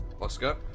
Oscar